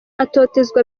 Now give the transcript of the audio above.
atotezwa